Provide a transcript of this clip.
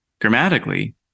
grammatically